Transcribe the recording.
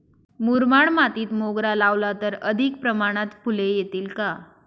मुरमाड मातीत मोगरा लावला तर अधिक प्रमाणात फूले येतील का?